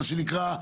מה שנקרא,